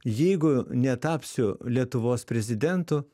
jeigu netapsiu lietuvos prezidentu